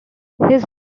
his